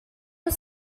was